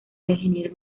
ingeniero